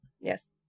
Yes